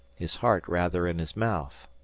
his heart rather in his mouth.